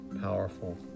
powerful